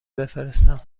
بفرستم